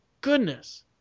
Goodness